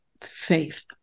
faith